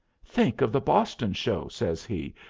think of the boston show, says he.